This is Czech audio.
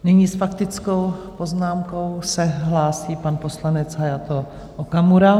Nyní s faktickou poznámkou se hlásí pan poslanec Hayato Okamura.